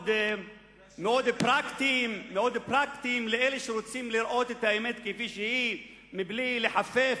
מאוד פרקטיים לאלה שרוצים לראות את האמת כפי שהיא בלי לחפף,